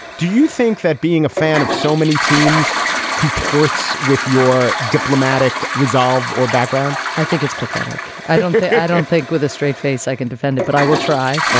do you think that being a fan of so many teams comports with your diplomatic resolve or background i think it's pathetic. i don't i don't think with a straight face i can defend it but i will try. ah